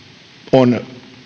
on